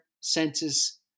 census